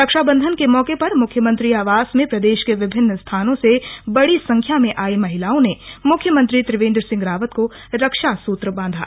रक्षाबंधन के मौके पर मुख्यमंत्री आवास में प्रदेश के विभिन्न स्थानो से बड़ी संख्या में आई महिलाओं ने मुख्यमंत्री त्रिवेन्द्र सिंह रावत को रक्षा सूत्र बांधा